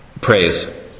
praise